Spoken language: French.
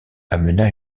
amena